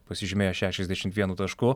pasižymėjo šešiasdešimt vienu tašku